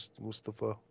Mustafa